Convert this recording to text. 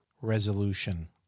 resolution